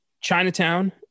Chinatown